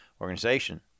Organization